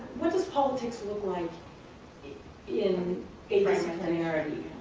what does politics look like in adisciplinarity?